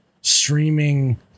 streaming